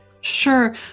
Sure